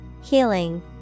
Healing